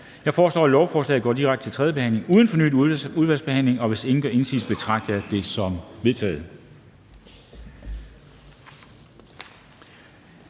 Jeg foreslår, at lovforslaget går direkte til tredje behandling uden fornyet udvalgsbehandling. Hvis ingen gør indsigelse, betragter jeg det som vedtaget.